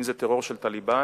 אם טרור של "טליבאן",